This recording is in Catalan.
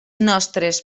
nostres